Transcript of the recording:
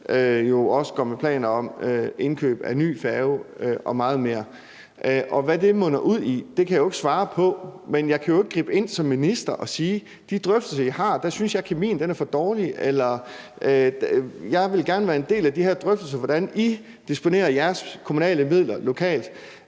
også går med planer om indkøb af ny færge og meget mere. Og hvad det munder ud i, kan jeg ikke svare på. Men jeg kan jo ikke gribe ind som minister og sige: I de drøftelser, vi har, synes jeg kemien er for dårlig, eller: Jeg vil gerne være en del af de her drøftelser om, hvordan I disponerer jeres kommunale midler lokalt.